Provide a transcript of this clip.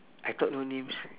I thought no names